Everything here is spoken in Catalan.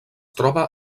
troba